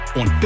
on